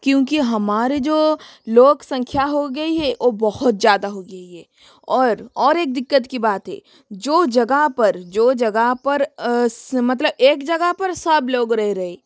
क्योंकि हमारे जो लोक संख्या हो गई है वो बहुत ज़्यादा हो गई है और और एक दिक्कत की बात है जो जगह पर जो जगह पर मतलब एक जगह पर सब लोग रह रहें हैं